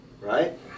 right